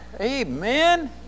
Amen